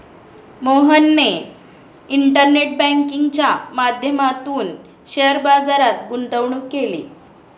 मोहनने इंटरनेट बँकिंगच्या माध्यमातून शेअर बाजारात गुंतवणूक केली